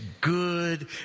good